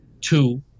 Two